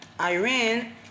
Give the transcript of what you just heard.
Iran